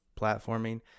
platforming